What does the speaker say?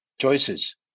choices